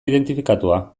identifikatua